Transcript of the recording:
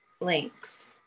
links